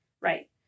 Right